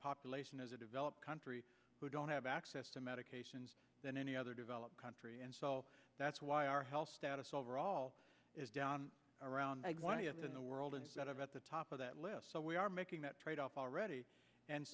population as a developed country who don't have access to medications than any other developed country and so that's why our health status overall is down around the world at the top of that list so we are making that trade off already and